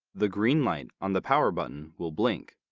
the green light on the power button will blink.